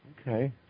Okay